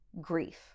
grief